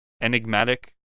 Enigmatic